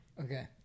Okay